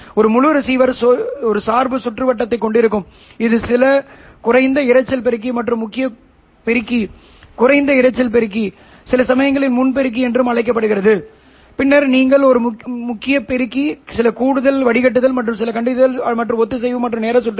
ஒரு முழு ரிசீவர் ஒரு சார்பு சுற்றுவட்டத்தைக் கொண்டிருக்கும் இது சில குறைந்த இரைச்சல் பெருக்கி மற்றும் ஒரு முக்கிய பெருக்கி குறைந்த இரைச்சல் பெருக்கி சில சமயங்களில் முன் பெருக்கி என்றும் அழைக்கப்படுகிறது பின்னர் நீங்கள் ஒரு முக்கிய பெருக்கி சில கூடுதல் வடிகட்டுதல் சுற்று சில கண்டறிதல் மற்றும் ஒத்திசைவு மற்றும் நேர சுற்றுகள்